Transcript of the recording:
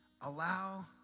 allow